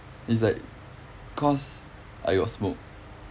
it's like cause I got smoke